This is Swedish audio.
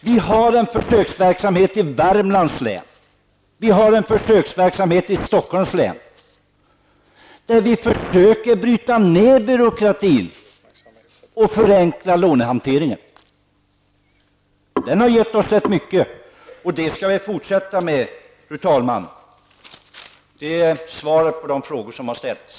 Vi har en försöksverksamhet i Värmlands län, och vi har en försöksverksamhet i Stockholms län, där vi försöker bryta ned byråkratin och förenkla lånehanteringen. Det har gett oss rätt mycket och vi skall fortsätta med detta. Det är svaret på de frågor som har ställts.